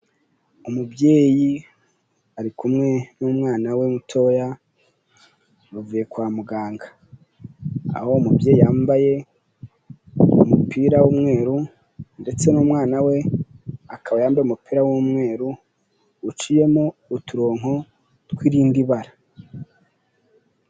Umubyeyi ari kumwe n'umwana we mutoya bavuye kwa muganga, aho umubyeyi yambaye umupira w'umweru ndetse n'umwana we akaba yambaye umupira w'umweru uciyemo uturonko tw'irindi bara.